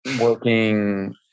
working